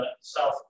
south